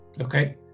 Okay